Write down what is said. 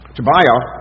Tobiah